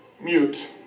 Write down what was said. mute